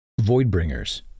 Voidbringers